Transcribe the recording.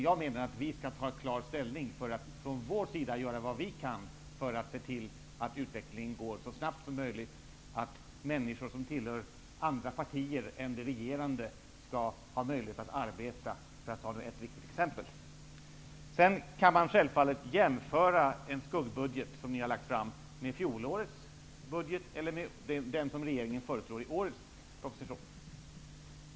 Jag menar att vi skall ta klar ställning för att från vår sida göra vad vi kan för att se till att utvecklingen går så snabbt som möjligt och att människor som tillhör andra partier än det regerande skall ha möjlighet att arbeta, för att nu ta ett viktigt exempel. Man kan självfallet jämföra den skuggbudget som ni nu har lagt fram med fjolårets budget eller med den som regeringen föreslår i årets proposition.